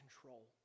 control